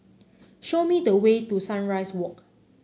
show me the way to Sunrise Walk